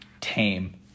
tame